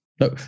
No